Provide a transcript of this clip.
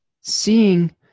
seeing